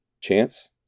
Chance